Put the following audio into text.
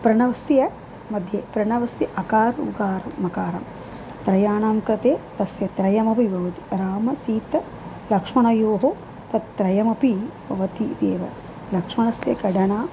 प्रणवस्य मध्ये प्रणवस्य अकारः उकारः मकारः त्रयाणां कृते तस्य त्रयमपि भवति रामसीतलक्ष्मणयोः तत् त्रयमपि भवति इत्येव लक्ष्मणस्य कडना